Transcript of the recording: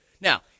Now